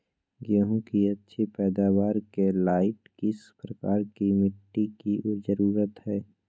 गेंहू की अच्छी पैदाबार के लाइट किस प्रकार की मिटटी की जरुरत है?